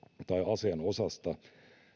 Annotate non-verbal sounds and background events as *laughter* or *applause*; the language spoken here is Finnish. tai aseen osasta *unintelligible* *unintelligible* *unintelligible*